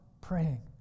praying